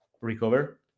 recover